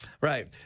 Right